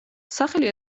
სახელი